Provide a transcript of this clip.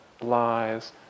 lies